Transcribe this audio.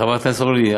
חברת הכנסת אורלי,